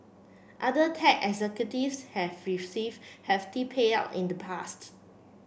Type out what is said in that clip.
other tech executives have received hefty payout in the pasts